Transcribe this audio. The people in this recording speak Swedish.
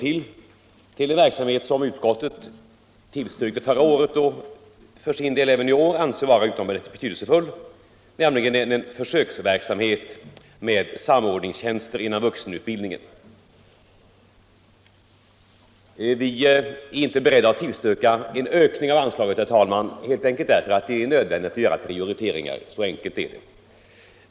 till en verksamhet som utskottet tillstyrkte förra året och för sin del även i år anser vara utomordentligt betydelsefull, nämligen en försöksverksamhet med samordningstjänster inom vuxenutbildningen. Vi är inte beredda att tillstyrka en ökning av anslaget, helt enkelt därför att det är nödvändigt att göra prioriteringar. Så enkelt är det.